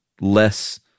less